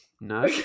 No